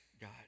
God